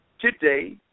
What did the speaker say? today